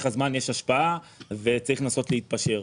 הזמן יש השפעה וצריך לנסות להתפשר.